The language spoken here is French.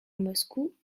moscou